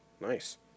Nice